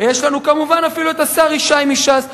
ויש לנו, כמובן, אפילו השר ישי מש"ס שהסביר,